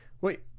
Wait